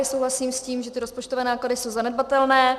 Souhlasím s tím, že ty rozpočtové náklady jsou zanedbatelné.